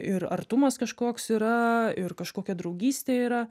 ir artumas kažkoks yra ir kažkokia draugystė yra